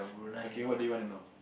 okay what do you want to know